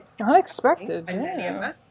Unexpected